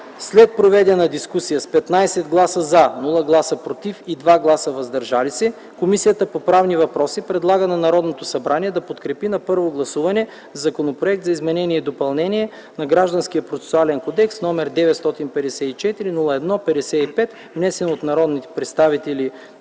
След проведената дискусия с 15 гласа „за”, без „против” и 2 гласа „въздържали се” Комисията по правни въпроси предлага на Народното събрание да подкрепи на първо гласуване Законопроект за изменение и допълнение на Гражданския процесуален кодекс, № 954-01-55, внесен от народните представители